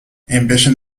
ambition